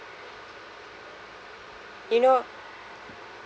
you know